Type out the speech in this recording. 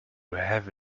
have